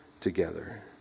Together